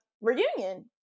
reunion